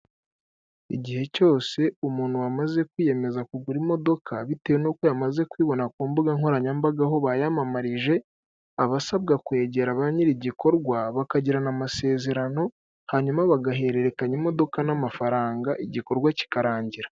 Igihe cyose umuntu wamaze kwiyemeza kugura imodoka, bitewe n'uko yamaze kuyibona ku mbuga nkoranyambaga aho bayamamarije, aba asabwa kwegera ba nyir'igikorwa, bakagirana amasezerano, hanyuma bagahererekanya imodoka n'amafaranga, igikorwa kikarangira.